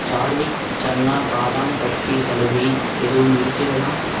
சார்விக் சன்னா பாதாம் பர்ஃபி சலுகை எதுவும் இருக்கிறதா